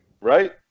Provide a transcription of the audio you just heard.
right